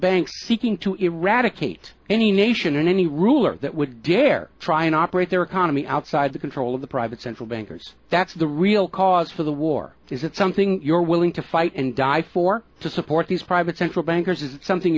banks seeking to eradicate any nation and any ruler that would dare try and operate their economy outside the control of the private central bankers that's the real cause for the war is it something you're willing to fight and die for to support these private central bankers is something